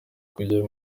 kujya